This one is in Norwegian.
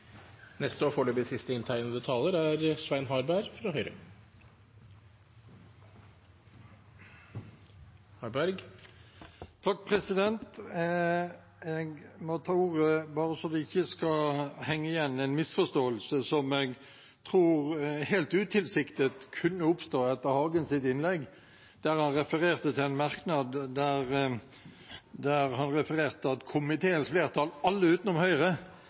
Jeg må ta ordet bare så det ikke skal henge igjen en misforståelse som jeg tror helt utilsiktet kunne oppstå etter Hagens innlegg, der han refererte til en merknad der det står at komiteens flertall, «alle unntatt medlemmene fra Høyre»,